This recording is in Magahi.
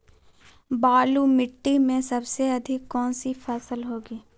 बालू मिट्टी में सबसे अधिक कौन सी फसल होगी?